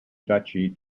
duchy